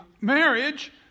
marriage